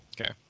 Okay